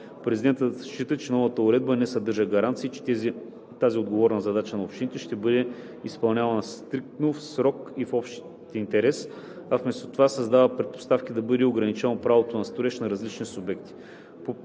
Президентът счита, че новата уредба не съдържа гаранции, че тази отговорна задача на общините ще бъде изпълнявана стриктно, в срок и в общ интерес, а вместо това създава предпоставки да бъде ограничено правото на строеж на различните субекти.